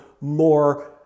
more